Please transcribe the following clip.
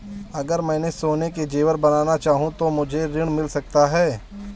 अगर मैं सोने के ज़ेवर बनाना चाहूं तो मुझे ऋण मिल सकता है?